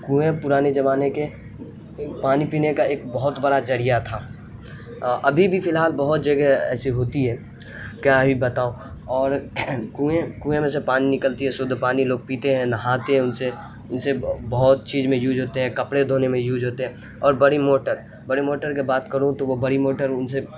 کنویں پرانے زمانے کے پانی پینے کا ایک بہت بڑا ذریعہ تھا ابھی بھی فی الحال بہت جگہ ایسی ہوتی ہے کیا ہی بتاؤں اور کنویں کنویں میں سے پانی نکلتی ہے شدھ پانی لوگ پیتے ہیں نہاتے ہیں ان سے ان سے بہت چیز میں یوج ہوتے ہیں کپڑے دھونے میں یوج ہوتے ہیں اور بڑی موٹر بڑی موٹر کی بات کروں تو وہ بڑی موٹر ان سے